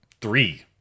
three